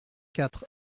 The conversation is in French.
quatre